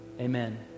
amen